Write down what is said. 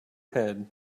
head